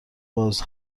باز